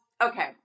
okay